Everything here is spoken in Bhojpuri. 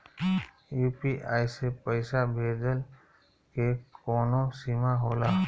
यू.पी.आई से पईसा भेजल के कौनो सीमा होला?